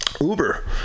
Uber